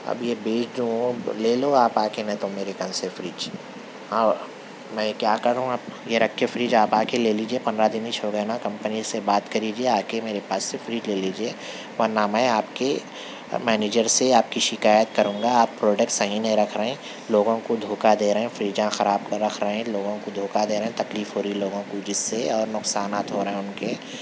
اب یہ بیچ دوں لے لو آپ آ کے نہیں تو میرے کن سے فریج ہاں میں کیا کروں اب یہ رکھ کے فریج آپ آ کے لے لیجیے پندرہ دن ایچ ہی ہو گئے نا کمپنی سے بات کر لیجئے آ کے میرے پاس سے فریج لے لیجیے ورنہ میں آپ کے مینیجر سے آپ کی شکایت کروں گا آپ پروڈکٹ صحیح نہیں رکھ رہے ہیں لوگوں کو دھوکا دے رہے ہیں فریجاں خراب رکھ رہے ہیں لوگوں کو دھوکا دے رہے ہیں تکلیف ہو رہی ہے لوگوں کو جس سے اور نقصانات ہو رہے ہیں ان کے